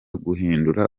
guhindura